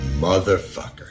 Motherfucker